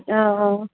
অঁ অঁ